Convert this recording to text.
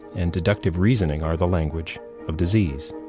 and deductive reasoning are the language of disease